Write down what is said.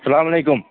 اسلام وعلیکُم